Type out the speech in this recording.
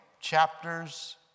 chapters